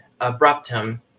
Abruptum